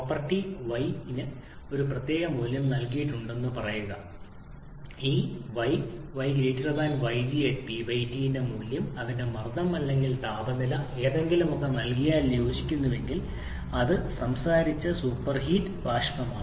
property y ന് പ്രോപ്പർട്ടിക്ക് ഒരു പ്രത്യേക മൂല്യം നൽകിയിട്ടുണ്ടെന്ന് പറയുക ഈ y y yg P T ന്റെ മൂല്യം അതിന്റെ മർദ്ദം അല്ലെങ്കിൽ താപനില ഏതെങ്കിലുമൊക്കെ നൽകിയാൽ യോജിക്കുന്നുവെങ്കിൽ അത് സംസാരിച്ച സൂപ്പർഹീറ്റ് ബാഷ്പമാണ്